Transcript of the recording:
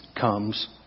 comes